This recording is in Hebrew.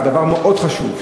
וזה דבר מאוד חשוב,